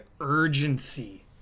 urgency